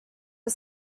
are